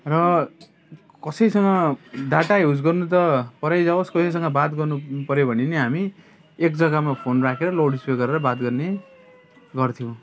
र कसैसँग data use गर्नु परै जावोस् कसैसँग बात गर्नु पऱ्यो भने पनि हामी एक जगामा फोन राखेर लाउड स्पिकर गरेर बात गर्ने गर्थ्यौँ